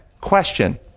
question